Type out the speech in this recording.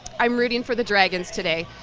i'm rooting for the dragons today.